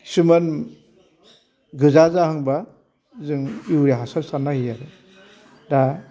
खिसुमान गोजा जाहांबा जों इउरिया हासार सारनानै होयो आरो दा